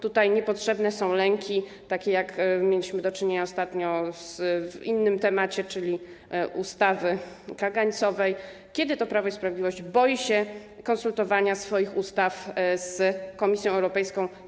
Tutaj niepotrzebne są lęki, z jakimi mieliśmy do czynienia ostatnio w innym temacie, czyli w przypadku ustawy kagańcowej, kiedy to Prawo i Sprawiedliwość bało się konsultowania swoich ustaw z Komisją Europejską.